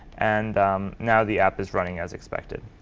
and now the app is running as expected.